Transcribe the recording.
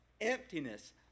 emptiness